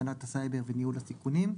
הגנת הסייבר וניהול הסיכונים.